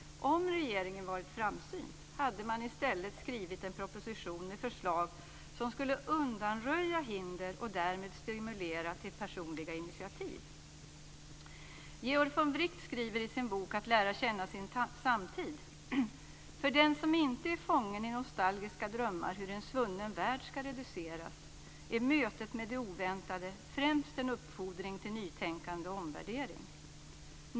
Om regeringen varit framsynt hade man i stället skrivit en proposition med förslag som skulle undanröja hinder och därmed stimulera till personliga initiativ. Georg von Wright skriver i sin bok Att lära känna sin samtid: "För den som inte är fången i nostalgiska drömmar hur en svunnen värld ska reduceras är mötet med det oväntade främst en uppfordring till nytänkande och omvärdering."